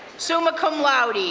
summa cum laude, yeah